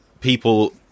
people